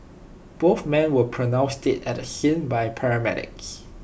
both men were pronounced dead at the scene by paramedics